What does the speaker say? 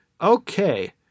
Okay